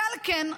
ועל כן,